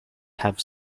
have